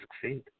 succeed